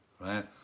Right